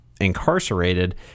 incarcerated